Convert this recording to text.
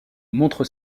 montre